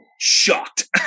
shocked